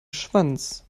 schwanz